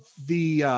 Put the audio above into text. the